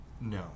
No